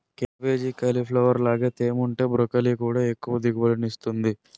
cabbage, cauliflower లాగే తేముంటే broccoli కూడా ఎక్కువ దిగుబడినిస్తుంది